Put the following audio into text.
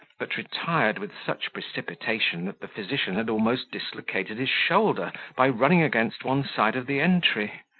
but retired with such precipitation that the physician had almost dislocated his shoulder by running against one side of the entry.